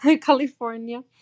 California